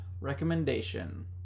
recommendation